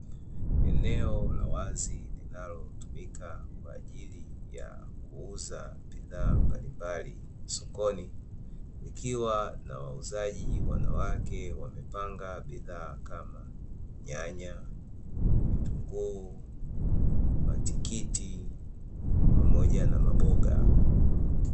Eneo la wazinlinalotumika kwa ajili ya kuuza bidhaa mbalimbali sokoni, likiwa na wauzaji wanawake wamepanga bidhaa kama: nyanya, vitunguu, matikiti pamoja na maboga.